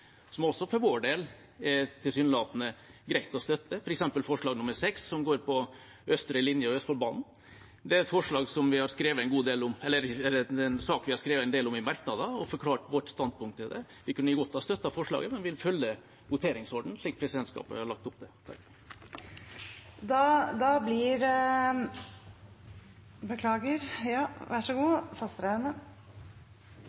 forslag nr. 6, som går på østre linje og Østfoldbanen. Det er en sak som vi har skrevet en god del om i merknader og forklart vårt standpunkt til. Vi kunne godt ha støttet det, men vi følger voteringsordenen slik presidentskapet har lagt opp til. Jeg kunne sikkert sagt mye om debatten i går og om hvem som har skrevet merknader, og hvem som er for og imot forslag, men at det